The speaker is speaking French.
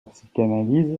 psychanalyse